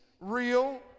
real